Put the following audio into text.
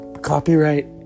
Copyright